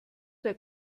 der